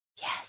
Yes